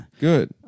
Good